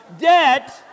debt